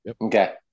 Okay